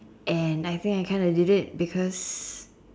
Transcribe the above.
and I think I kinda did it because